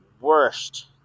worst